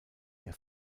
der